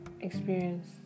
experience